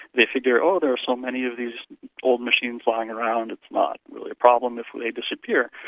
they figure, oh, there are so many of these old machines lying around, it's not really a problem if ah they disappear.